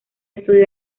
estudió